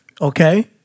Okay